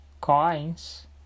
coins